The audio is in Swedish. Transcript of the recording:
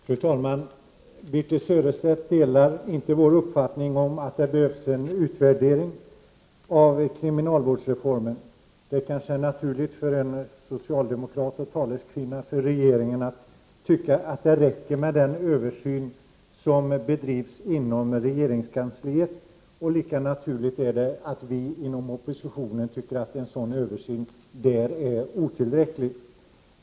Fru talman! Birthe Sörestedt delar inte vår uppfattning att det behövs en utvärdering av kriminalvårdsreformen. Det är kanske naturligt för en socialdemokratisk taleskvinna för regeringen att tycka att det räcker med den översyn som bedrivs inom regeringskansliet. Och lika naturligt är det att vi inom oppositionen tycker att en sådan översyn är otillräcklig.